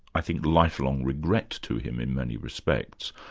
i think, lifelong regret to him in many respects.